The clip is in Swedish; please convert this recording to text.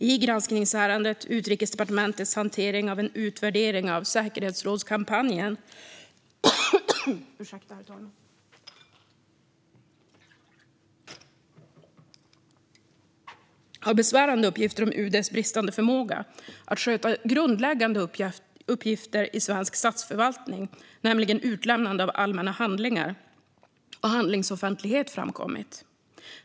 I granskningsärendet Utrikesdepartementets hantering av en utvärdering av säkerhetsrådskampanjen har besvärande uppgifter framkommit om UD:s bristande förmåga att sköta grundläggande uppgifter i svensk statsförvaltning, nämligen utlämnande av allmänna handlingar och handlingsoffentlighet.